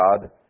God